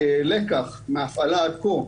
כלקח מההפעלה עד כה,